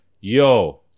yo